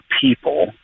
people